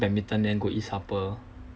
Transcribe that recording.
badminton then go eat supper